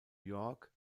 york